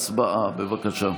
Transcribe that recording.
להצבעה, בבקשה.